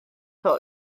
hwn